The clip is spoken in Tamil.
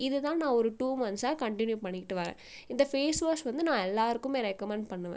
இதுதான் நான் ஒரு டூ மன்த்ஸாக கன்டினியூ பண்ணிக்கிட்டு வரேன் இந்த ஃபேஸ் வாஷ் வந்து நான் எல்லோருக்குமே ரெக்கமெண்ட் பண்ணுவேன்